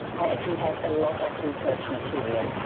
i actually had a lot of research material.